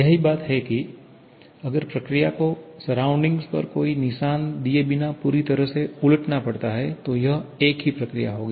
यही बात है की अगर प्रक्रिया को आसपास पर कोई निशान दिए बिना पूरी तरह से उलटना पड़ता है तो यह एक ही प्रक्रिया होगी